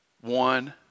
one